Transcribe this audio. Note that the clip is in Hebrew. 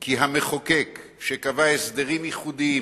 כי המחוקק שקבע הסדרים ייחודיים